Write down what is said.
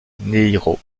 mineiro